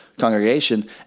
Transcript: congregation